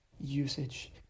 usage